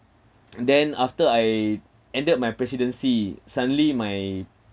and then after I ended my presidency suddenly my